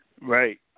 Right